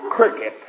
Cricket